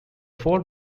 four